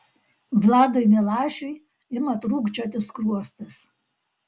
vladui milašiui ima trūkčioti skruostas